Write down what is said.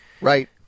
Right